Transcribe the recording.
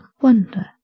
wonder